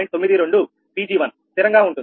92 Pg1 స్థిరంగా ఉంటుంది